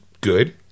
good